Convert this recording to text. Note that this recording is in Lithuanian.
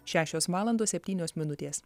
šešios valandos septynios minutės